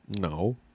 No